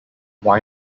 why